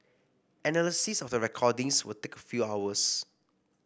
analysis of the recordings would take a few hours